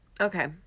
Okay